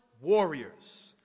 warriors